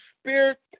spirit